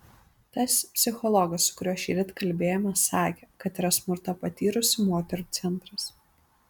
tas psichologas su kuriuo šįryt kalbėjome sakė kad yra smurtą patyrusių moterų centras